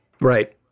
Right